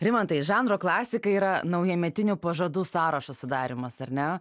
rimantai žanro klasika yra naujametinių pažadų sąrašo sudarymas ar ne